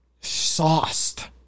sauced